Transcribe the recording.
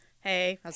Hey